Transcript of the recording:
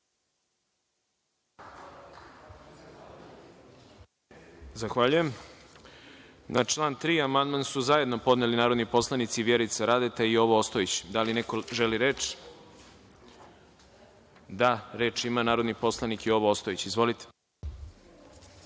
Zahvaljujem. Na član 3. amandman su zajedno podneli narodni poslanici Vjerica Radeta i Jovo Ostojić. Da li neko želi reč? (Da)Reč ima narodni poslanik Jovo Ostojić. Izvolite.